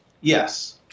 Yes